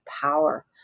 power